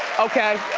okay?